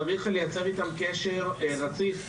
צריך לייצר איתם קשר רציף.